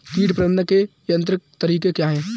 कीट प्रबंधक के यांत्रिक तरीके क्या हैं?